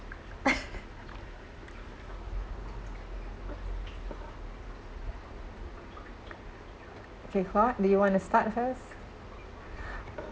okay hua do you want to start first